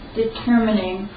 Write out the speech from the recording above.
determining